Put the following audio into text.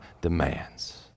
demands